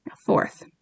Fourth